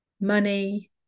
money